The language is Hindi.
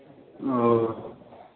और